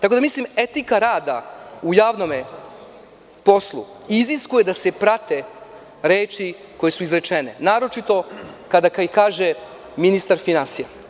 Tako da mislim da etika rada u javnom poslu iziskuje da se prate reči koje su izrečene, naročito kada ih kaže ministar finansija.